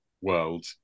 world